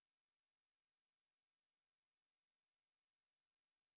ya but maybe that's that's such Adam-West Batman already